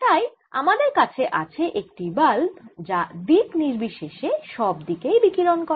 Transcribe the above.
তাই আমাদের কাছে আছে একটি বাল্ব যা দিক নির্বিশেষে সব দিকেই বিকিরণ করে